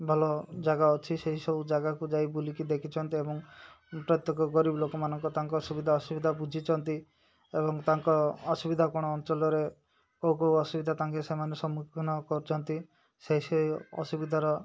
ଭଲ ଜାଗା ଅଛି ସେହିସବୁ ଜାଗାକୁ ଯାଇ ବୁଲିକି ଦେଖିଛନ୍ତି ଏବଂ ପ୍ରତ୍ୟେକ ଗରିବ ଲୋକମାନଙ୍କ ତାଙ୍କ ସୁବିଧା ଅସୁବିଧା ବୁଝିଛନ୍ତି ଏବଂ ତାଙ୍କ ଅସୁବିଧା କ'ଣ ଅଞ୍ଚଳରେ କେଉଁ କେଉଁ ଅସୁବିଧା ତାଙ୍କେ ସେମାନେ ସମ୍ମୁଖୀନ କରୁଛନ୍ତି ସେଇ ସେଇ ଅସୁବିଧାର